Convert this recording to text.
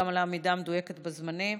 גם על העמידה המדויקת בזמנים.